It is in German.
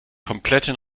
komplette